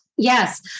Yes